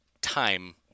time